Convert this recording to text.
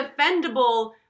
defendable